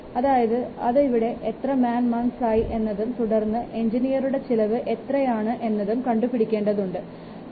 അതായത് അത് ഇവിടെ എത്ര മാൻ മന്ത്സ് ആയി എന്നതും തുടർന്ന് എൻജിനീയറുടെ ചിലവ് എത്രയാണ് എന്നതും കണ്ടുപിടിക്കേണ്ടിയിരിക്കുന്നു